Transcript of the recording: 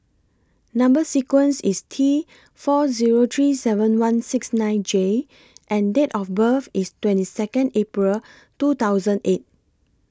Number sequence IS T four Zero three seven one six nine J and Date of birth IS twenty Second April two thousand eight